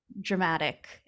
dramatic